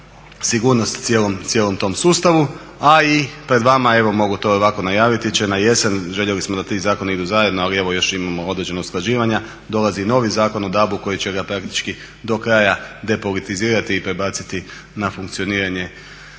sigurnost cijelom tom sustavu a i pred vama, evo mogu to i ovako najaviti će na jesen, željeli smo da ti zakoni idu zajedno ali evo još imamo određena usklađivanja dolazi novi Zakon o DAB-u koji će ga praktički do kraja depolitizirati i prebaciti na funkcioniranje,